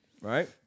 right